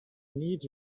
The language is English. need